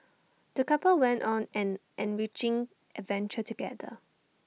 the couple went on an enriching adventure together